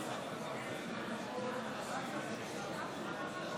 75 בעד,